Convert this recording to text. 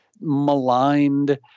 maligned